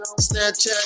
Snapchat